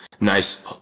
nice